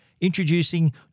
Introducing